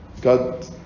God